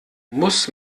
muss